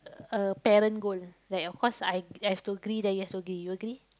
a a parent goal like of course I I have to agree then you have to agree you agree